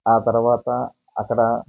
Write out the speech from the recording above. ఆ తరువాత అక్కడా